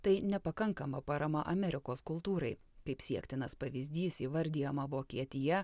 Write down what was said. tai nepakankama parama amerikos kultūrai kaip siektinas pavyzdys įvardijama vokietija